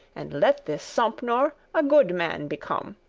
and let this sompnour a good man become.